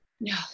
No